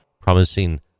promising